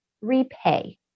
repay